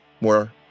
more